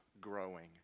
growing